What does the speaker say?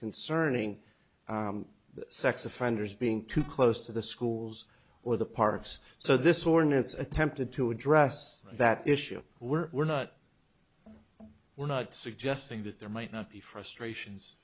concerning the sex offenders being too close to the schools or the part of us so this ordinance attempted to address that issue we're we're not we're not suggesting that there might not be frustrations